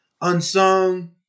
unsung